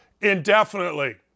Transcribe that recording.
indefinitely